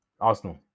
Arsenal